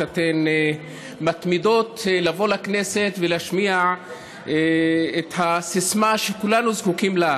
שאתן מתמידות לבוא לכנסת ולהשמיע את הסיסמה שכולנו זקוקים לה: